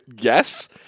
yes